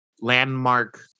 landmark